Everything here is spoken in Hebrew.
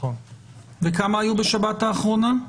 כמה היו בשבת האחרונה?